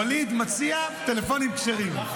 ווליד מציע טלפונים כשרים.